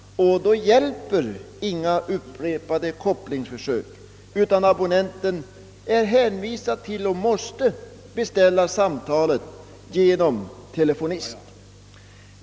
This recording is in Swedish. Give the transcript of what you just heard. Vid sådana tillfällen hjälper inga upprepade kopplingsförsök, utan abonnenten måste beställa samtalet genom telefonist.